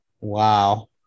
Wow